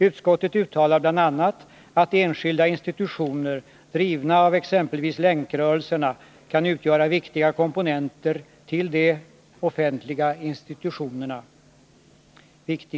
Utskottet uttalar bl.a. att ”enskilda institutioner drivna av exempelvis länkrörelserna kan utgöra viktiga komplement till de offentliga institutionerna”.